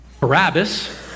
Barabbas